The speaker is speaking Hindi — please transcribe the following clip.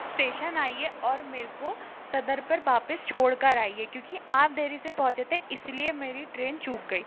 इस्टेशन आइए और मेरे को सदर पर वापस छोड़कर आइए क्योंकि आप देरी से पहुंचे थे इसलिए मेरी ट्रेन चूक गई